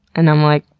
and i'm like,